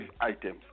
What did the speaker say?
items